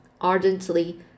ardently